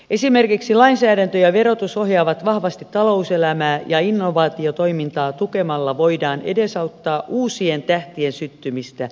esimerkiksi lainsäädäntö ja verotus ohjaavat vahvasti talouselämää ja innovaatiotoimintaa tukemalla voidaan edesauttaa uusien tähtien syttymistä yritystaivaalle